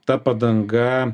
ta padanga